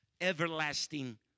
everlasting